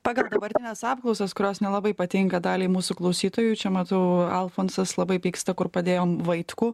pagal dabartines apklausas kurios nelabai patinka daliai mūsų klausytojų čia matau alfonsas labai pyksta kur padėjom vaitkų